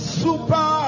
super